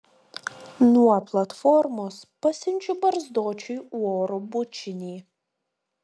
nuo platformos pasiunčiu barzdočiui oro bučinį